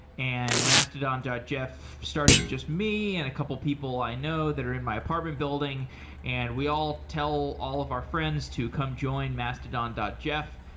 and mastodon jeff starts with just me and a couple people i know that are in my apartment building and we all tell all of our friends to come join mastodon and jeff.